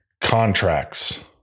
Contracts